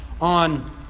on